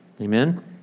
Amen